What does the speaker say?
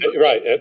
Right